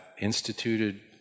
instituted